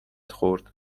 خورد